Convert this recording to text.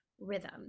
rhythm